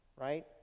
Right